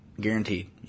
guaranteed